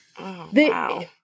wow